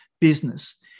business